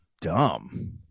dumb